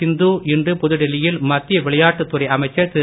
சிந்து இன்று புதுடெல்லியில் மத்திய விளையாட்டு துறை அமைச்சர் திரு